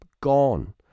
gone